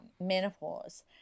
menopause